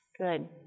Good